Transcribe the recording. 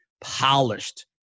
polished